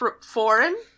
foreign